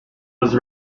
was